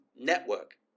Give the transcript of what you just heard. network